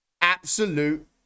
absolute